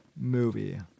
movie